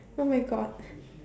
oh-my-God